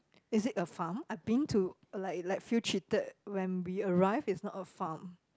is it a farm I been to like like feel cheated when we arrive it's not a farm